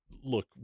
Look